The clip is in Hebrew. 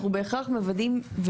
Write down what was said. אנחנו בהכרח מוודאים,